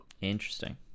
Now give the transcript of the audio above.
Interesting